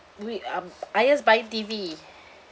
we um ayah is buying T_V